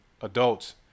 adults